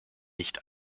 nicht